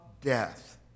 death